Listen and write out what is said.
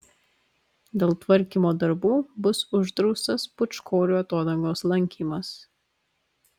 dėl tvarkymo darbų bus uždraustas pūčkorių atodangos lankymas